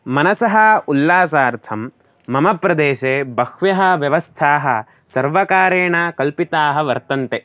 मनसः उल्लासार्थं मम प्रदेशे बह्व्यः व्यवस्थाः सर्वकारेण कल्पिताः वर्तन्ते